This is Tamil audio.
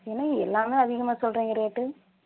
என்னங்க எல்லாமே அதிகமாக சொல்றீங்க ரேட்டு